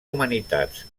humanitats